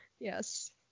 Yes